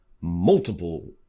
multiple